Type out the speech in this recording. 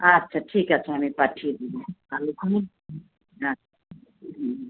আচ্ছা ঠিক আছে আমি পাঠিয়ে দেবো আগে ভাগে রাখ হুম